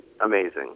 amazing